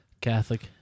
Catholic